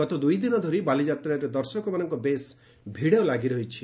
ଗତ ଦୁଇ ଦିନ ଧରି ବାଲିଯାତ୍ରାରେ ଦର୍ଶକମାନଙ୍କ ବେଶ୍ ଭିଡ଼ ଲାଗିରହିଛି